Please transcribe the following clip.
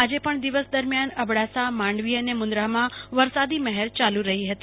આજે પણ દિવસ દરમિયાન અબડાસા માંડવી અને મુન્દ્રામાં વરસાદી મહેર ચાલુ રહી હતી